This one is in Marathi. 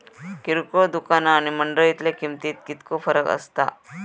किरकोळ दुकाना आणि मंडळीतल्या किमतीत कितको फरक असता?